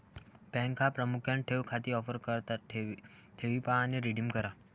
बँका प्रामुख्याने ठेव खाती ऑफर करतात ठेवी पहा आणि रिडीम करा